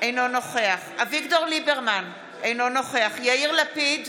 אינו נוכח אביגדור ליברמן, אינו נוכח יאיר לפיד,